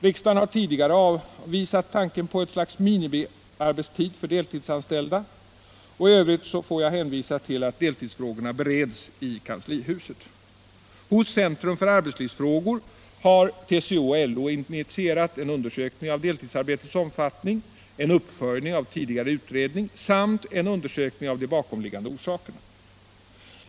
Riksdagen har tidigare avvisat tanken på ett slags minimiarbetstid för deltidsan 25 ställda, och i övrigt får jag hänvisa till att deltidsfrågorna bereds i kanslihuset. Vid Centrum för arbetslivsfrågor har TCO och LO initierat en undersökning om deltidsarbetets omfattning, en uppföljning av en tidigare utredning, samt en undersökning om de bakomliggande orsakerna.